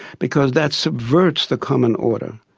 because that subverts the common order,